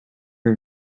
her